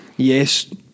Yes